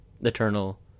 eternal